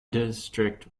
district